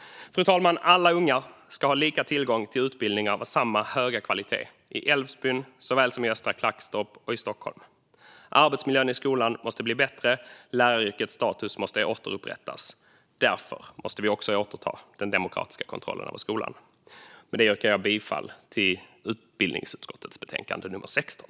Fru talman! Alla ungar ska ha lika tillgång till utbildning av samma höga kvalitet - i Älvsbyn såväl som i Östra Klagstorp och i Stockholm. Arbetsmiljön i skolan måste bli bättre, och läraryrkets status måste återupprättas. Därför måste vi också återta den demokratiska kontrollen över skolan. Jag yrkar bifall till förslaget i utbildningsutskottets betänkande nummer 16.